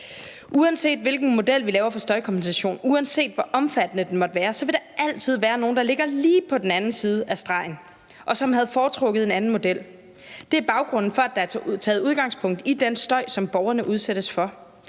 Uanset hvilken model vi laver for støjkompensation, uanset hvor omfattende den måtte være, vil der altid være nogle, der ligger lige på den anden side af stregen, og som havde foretrukket en anden model. Det er baggrunden for, at der er taget udgangspunkt i den støj, som borgerne udsættes for.